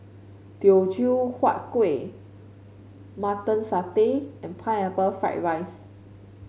Teochew Huat Kuih Mutton Satay and Pineapple Fried Rice